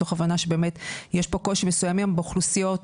מתוך הבנה שבאמת יש פה קשיים מסוימים באוכלוסיות,